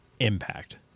impact